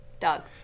Dogs